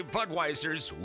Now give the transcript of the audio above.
Budweiser's